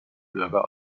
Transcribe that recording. bürger